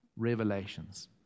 Revelations